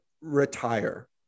retire